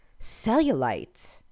cellulite